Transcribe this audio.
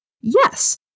Yes